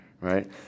Right